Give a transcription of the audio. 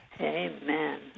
Amen